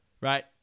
Right